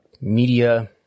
media